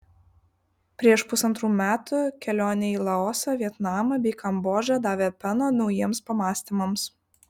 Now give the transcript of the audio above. prieš pusantrų metų kelionė į laosą vietnamą bei kambodžą davė peno naujiems pamąstymams